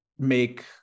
make